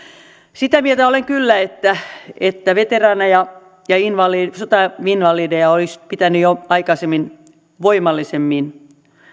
sitä mieltä olen kyllä että että veteraaneja ja sotainvalideja olisi pitänyt jo aikaisemmin voimallisemmin